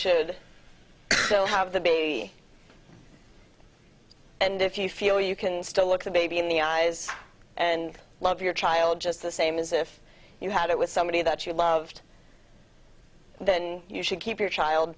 should have the baby and if you feel you can still look the baby in the eyes and love your child just the same as if you had it with somebody that you loved then you should keep your child